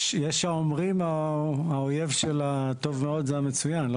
יש האומרים, האויב של הטוב מאוד זה המצוין.